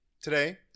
today